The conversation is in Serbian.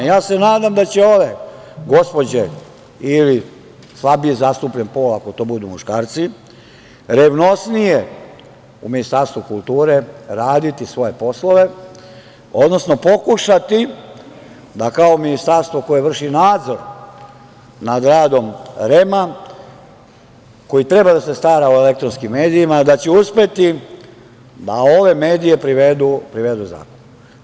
Ja se nadam da će ove gospođe ili slabije zastupljen pol, ako to budu muškarci, revnosnije u Ministarstvu kulture raditi svoje poslove, odnosno pokušati da kao Ministarstvo koje vrši nadzor nad radom REM-a koji treba da se stara o elektronskim medijima, da će uspeti da ove medije privedu zakonu.